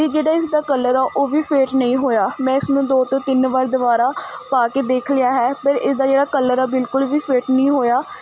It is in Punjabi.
ਅਤੇ ਜਿਹੜਾ ਇਸਦਾ ਕਲਰ ਆ ਉਹ ਵੀ ਫੇਟ ਨਹੀਂ ਹੋਇਆ ਮੈਂ ਇਸ ਨੂੰ ਦੋ ਤੋਂ ਤਿੰਨ ਵਾਰ ਦੁਬਾਰਾ ਪਾ ਕੇ ਦੇਖ ਲਿਆ ਹੈ ਪਰ ਇਸਦਾ ਜਿਹੜਾ ਕਲਰ ਹੈ ਬਿਲਕੁਲ ਵੀ ਫੇਟ ਨਹੀਂ ਹੋਇਆ